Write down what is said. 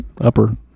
upper